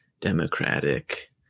Democratic